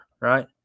right